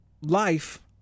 life